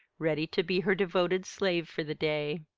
ready to be her devoted slave for the day.